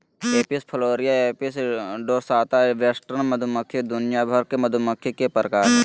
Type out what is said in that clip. Apis florea, Apis dorsata, western मधुमक्खी दुनिया भर के मधुमक्खी के प्रकार हय